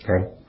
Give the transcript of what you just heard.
Okay